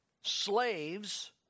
Slaves